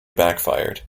backfired